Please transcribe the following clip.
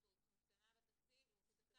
תחליטו, היא צומצמה בתקציב, היא הופסקה?